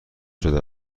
شده